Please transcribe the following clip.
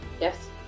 Yes